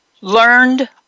Learned